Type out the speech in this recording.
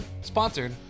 sponsored